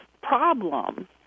problem